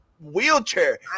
wheelchair